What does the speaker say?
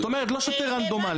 זאת אומרת, לא שוטר רנדומלי.